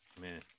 Man